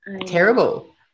terrible